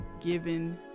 given